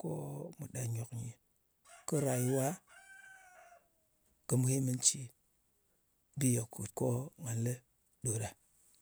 ko mù ɗà nyòk nyɨ, kɨ rayuwa kɨ muhimmanci. Bi ye kɨt ko nga li ɗo ɗa.